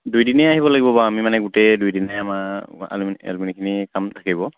দুই দিনেই আহিব লাগিব বাৰু আমি মানে গোটেই দুই দিনে আমাৰ এলোমিনিখিনিৰ কাম থাকিব